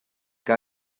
que